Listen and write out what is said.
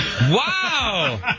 Wow